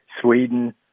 Sweden